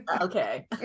Okay